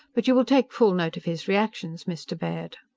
but you will take full note of his reactions, mr. baird!